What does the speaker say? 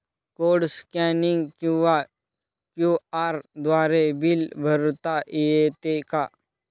Code scanning किंवा QR द्वारे bill भरता येते का?